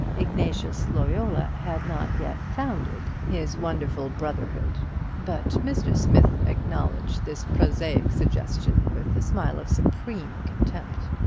ignatius loyola had not yet founded his wonderful brotherhood but mr. smith acknowledged this prosaic suggestion with a smile of supreme contempt.